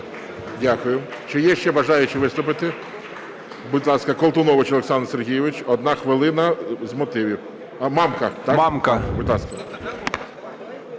Дякую. Чи є ще бажаючі виступити? Будь ласка, Колтунович Олександр Сергійович одна хвилина з мотивів. Мамка. 13:32:23